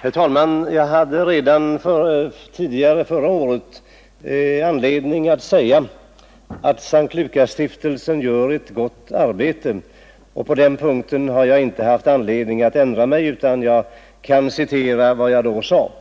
Herr talman! Redan förra året sade jag att S:t Lukasstiftelsen gör ett gott arbete, och på den punkten har jag inte haft anledning att ändra mig utan kan stå fast vid vad jag då sade.